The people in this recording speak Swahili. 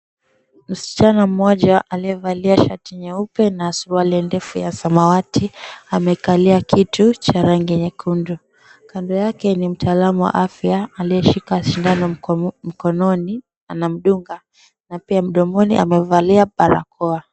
Msichana mmoja, aliyevalia shati nyeupe na suruali ndefu ya samawati amekalia kitu cha rangi nyekundu. Kando yake ni mtaalamu wa afya aliyeshika shindano mkononi, anamdunga na pia mdomoni amevalia barakoa.